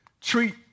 treat